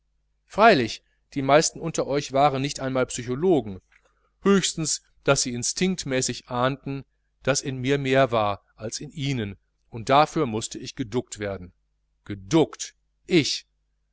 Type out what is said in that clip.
freilich die meisten unter euch waren nicht einmal psychologen höchstens daß sie instinktmäßig ahnten daß in mir mehr war als in ihnen und dafür mußte ich geduckt werden geduckt ich